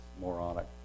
moronic